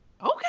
Okay